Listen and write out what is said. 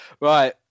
Right